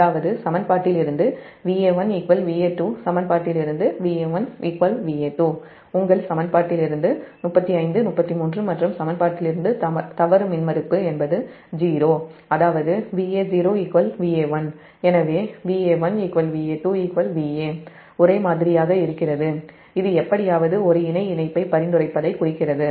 அதாவது Va1 Va2 உங்கள் சமன்பாட்டிலிருந்து 35 33 மற்றும் சமன்பாட்டிலிருந்து தவறு மின்மறுப்பு என்பது '0' அதாவது Va0 Va1 எனவே Va1 Va2 Va ஒரே மாதிரியாக இருக்கிறது இது எப்படியாவது ஒரு இணை இணைப்பை பரிந்துரைப்பதைக் குறிக்கிறது